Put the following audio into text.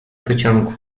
pociągu